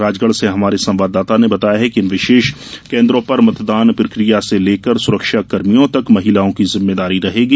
राजगढ़ से हमारे संवाददाता ने बताया है कि इन विशेष केन्द्रों पर मतदान प्रकिया से लेकर सुरक्षाकर्मियों तक महिलाओं की जिम्मेदारी रहेगी